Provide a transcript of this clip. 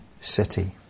city